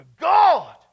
God